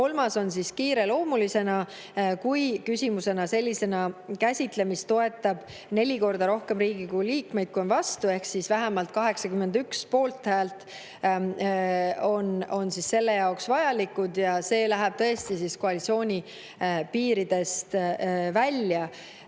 kolmas on siis kiireloomulisena, kui küsimuse sellisena käsitlemist toetab neli korda rohkem Riigikogu liikmeid, kui on vastu, ehk vähemalt 81 poolthäält on selle jaoks vaja ja see läheb tõesti siis koalitsiooni piiridest välja.